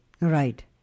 Right